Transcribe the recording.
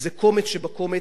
איזה קומץ שבקומץ,